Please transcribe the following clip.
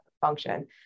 function